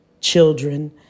children